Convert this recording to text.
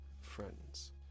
friends